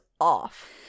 off